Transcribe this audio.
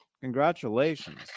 congratulations